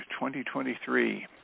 2023